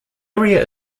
area